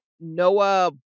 Noah